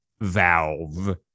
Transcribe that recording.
valve